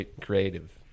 creative